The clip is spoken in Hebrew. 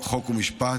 חוק ומשפט,